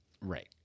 Right